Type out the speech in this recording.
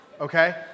okay